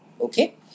Okay